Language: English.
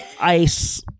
ice